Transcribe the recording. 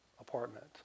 apartment